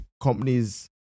companies